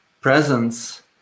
presence